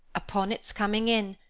upon its coming in,